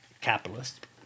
capitalist